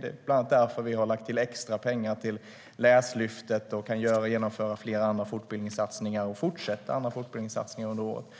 det är bland annat därför vi har lagt extra pengar till Läslyftet och kan genomföra flera andra fortbildningssatsningar samt fortsätta med fortbildningssatsningar under året.